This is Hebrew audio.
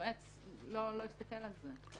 היועץ לא יסתכל על זה.